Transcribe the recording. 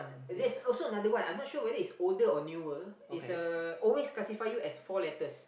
there's also another one I not sure whether it's older or newer it's a always classify you as four letters